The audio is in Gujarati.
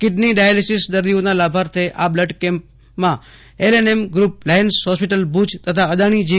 કિડની ડાયાલિસીસ દર્દીઓના લાભાર્થે આ બ્લડ કેમ્પમાં LNM group Lions hospital Bhuj તથા અદાણી જી